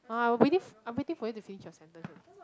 !huh! I'm waiting I'm waiting for you to finish your sentence eh